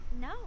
No